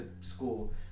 school